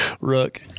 Rook